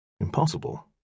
Impossible